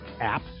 app